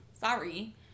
Sorry